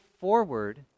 forward